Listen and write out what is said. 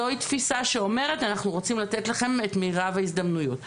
זוהי תפיסה שאומרת אנחנו רוצים לתת לכם את מירב ההזדמנויות.